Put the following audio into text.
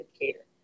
indicator